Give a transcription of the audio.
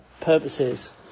purposes